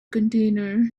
container